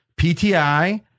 PTI